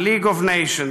League of Nations,